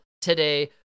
today